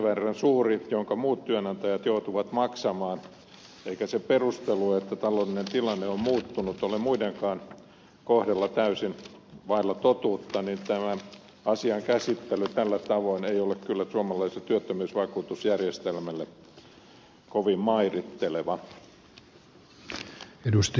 kun summakin jonka muut työnantajat joutuvat maksamaan on sen verran suuri eikä se perustelu että taloudellinen tilanne on muuttunut ole muidenkaan kohdalla täysin vailla totuutta niin tämä asian käsittely tällä tavoin ei ole kyllä suomalaiselle työttömyysvakuutusjärjestelmälle kovin mairitteleva